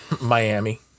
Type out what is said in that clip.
Miami